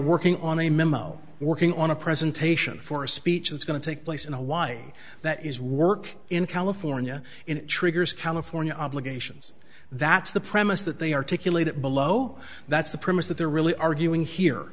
working on a memo working on a presentation for a speech that's going to take place in a why that is work in california it triggers california obligations that's the premise that they articulate it below that's the premise that they're really arguing here